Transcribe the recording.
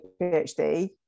PhD